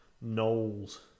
Knowles